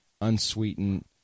unsweetened